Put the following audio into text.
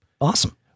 Awesome